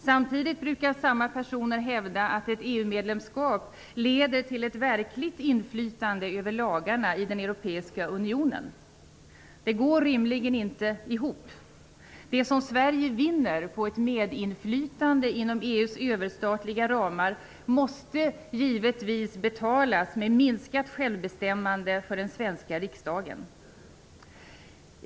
Samtidigt brukar samma personer hävda att ett EU-medlemskap leder till ett verkligt inflytande över lagarna i den europeiska unionen. Det går rimligen inte ihop. Det som Sverige vinner på ett medinflytande inom EU:s överstatliga ramar måste givetvis betalas med minskat självbestämmande för den svenska riksdagen.